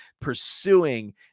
pursuing